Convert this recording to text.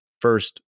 first